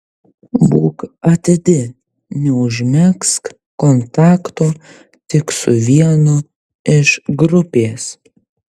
būk atidi neužmegzk kontakto tik su vienu iš grupės